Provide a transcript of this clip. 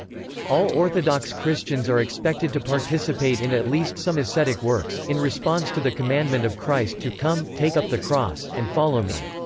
all orthodox christians are expected to participate in at least some ascetic works, in response to the commandment of christ to come, take up the cross, and follow me.